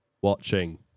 watching